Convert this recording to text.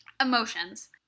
emotions